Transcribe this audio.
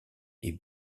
est